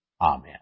Amen